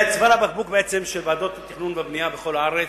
זה צוואר הבקבוק של ועדות התכנון והבנייה בכל הארץ,